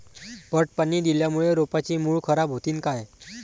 पट पाणी दिल्यामूळे रोपाची मुळ खराब होतीन काय?